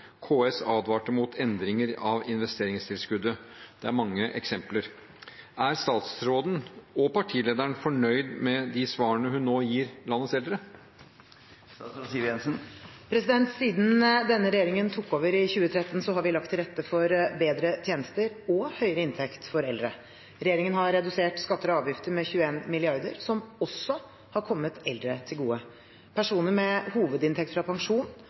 KS advarte mot endring av investeringstilskuddet. Det er mange eksempler. Er statsråden og partilederen fornøyd med svarene hun nå gir landets eldre?» Siden denne regjeringen tok over i 2013, har vi lagt til rette for bedre tjenester og høyere inntekt for eldre. Regjeringen har redusert skatter og avgifter med 21 mrd. kr, som også har kommet eldre til gode. Personer med hovedinntekt fra pensjon